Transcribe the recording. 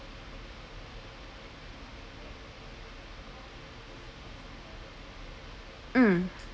mm